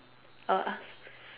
I will ask